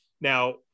Now